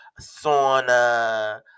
sauna